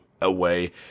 away